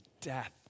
death